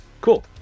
Cool